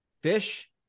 Fish